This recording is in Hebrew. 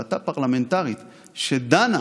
ועדה פרלמנטרית שדנה